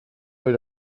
weil